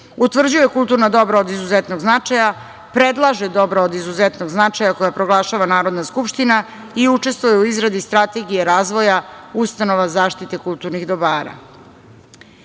utvrđuje kulturna dobra od izuzetnog značaja, predlaže dobra od izuzetnog značaja koja proglašava Narodna skupština i učestvuje u izradi strategije razvoja ustanova zaštite kulturnih dobara. Bitna